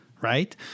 right